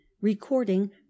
Recording